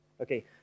okay